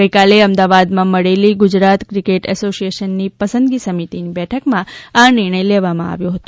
ગઇકાલે અમદાવાદમાં મળેલી ગુજરાત ક્રિકેટ એસોશીએશનની પસંદગી સમિતિની બેઠકમાં આ નિર્ણય લેવામાં આવ્યો હતો